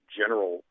general